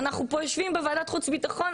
אנחנו יושבים פה בוועדת החוץ והביטחון,